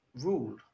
rule